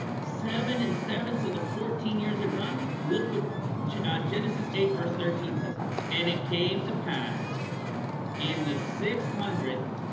seven and seven, so the fourteen years are done. look what ah, genesis eight verse thirteen says and it came to pass in the six hundredth